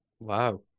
Wow